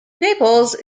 naples